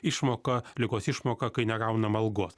išmoką ligos išmoką kai negaunam algos